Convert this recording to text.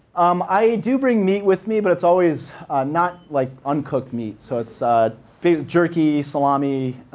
um i do bring meat with me, but it's always not like uncooked meat. so it's beef jerky, salami,